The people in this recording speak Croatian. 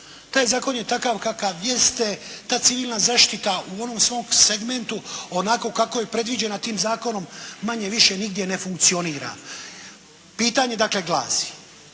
Taj zakon je takav kakav jeste, ta civilna zaštita u onom svom segmentu onako kako je predviđena tim zakonom manje-više nigdje ne funkcionira. Pitanje dakle glasi